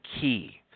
key